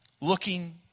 looking